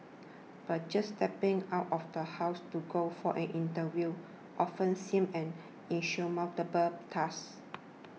but just stepping out of the house to go for an interview often seemed an insurmountable task